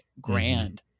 grand